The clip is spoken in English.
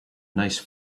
nice